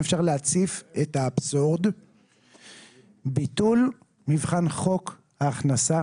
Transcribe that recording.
אם אפשר להציף את האבסורד בביטול מבחן ההכנסה,